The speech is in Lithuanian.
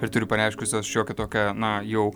ir turi pareiškusios šiokią tokią na jau